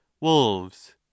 wolves